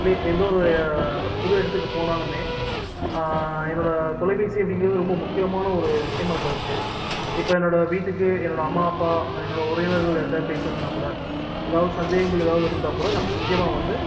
play எந்த ஒரு புது இடத்துக்குப் போனாலும் என்னோடய தொலைபேசி அப்படிங்கிறது ரொம்ப முக்கியமான ஒரு விஷயமாக இப்போ இருக்குது இப்போ என்னோடய வீட்டுக்கு என்னோடய அம்மா அப்பா என்னோடய உறவினர்கள் யாருகிட்டையாவது பேசணுன்னால் கூட ஏதாவது சந்தேகங்கள் ஏதாவது இருந்தால் கூட நான் முக்கியமாக வந்து